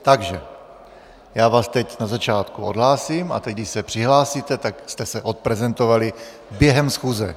Takže já vás teď na začátku odhlásím, a teď když se přihlásíte, tak jste se odprezentovali během schůze.